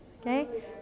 Okay